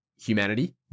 humanity